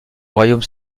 royaume